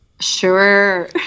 Sure